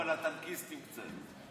בפעם הבאה תן נאום על הטנקיסטים קצת.